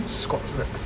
squat racks